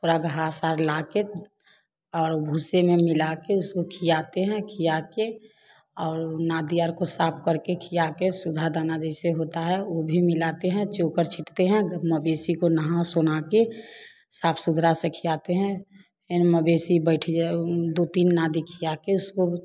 थोड़ा घास आस ला कर और भूसे में मिला के उसको खिलाते हैं खिया कर और नाधियर को साफ़ करके खिया के सुधा दाना जैसे होता है वह भी मिलाते हैं चोकर छिटते हैं अपना भैंसी को नहा सुना कर साफ़ सुधरा से खियाते हैं इन मवेशी बैठ जाए उन दो तीन नाधि खियाके उसको